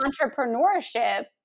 entrepreneurship